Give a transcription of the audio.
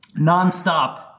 nonstop